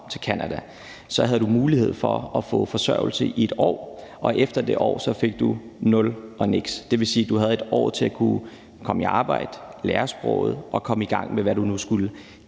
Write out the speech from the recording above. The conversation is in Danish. til Canada, så havde man mulighed for at få forsørgelse i 1 år, og efter det år fik du nul og niks. Det vil sige, at du havde 1 år til at komme i arbejde, lære sproget og komme i gang med, hvad du nu skulle.